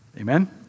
Amen